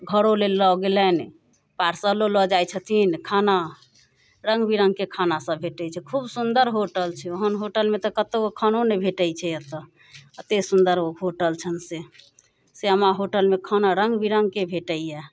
घरो लेल लऽ गेलनि पार्सलो लऽ जाइ छथिन खाना रङ्ग बिरङ्गके खाना सब भेटै छै खूब सुन्दर होटल छै ओहन होटलमे तऽ कतौ खानो नहि भेटै छै एतऽ अते सुन्दर ओ होटल छनि से श्यामा होटलमे खाना रङ्ग बिरङ्गके भेटैय